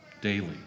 daily